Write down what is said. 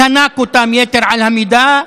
חנק אותם יתר על המידה,